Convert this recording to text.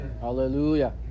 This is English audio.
Hallelujah